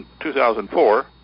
2004